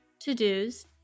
to-dos